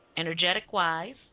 Energetic-wise